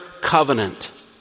covenant